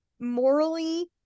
Morally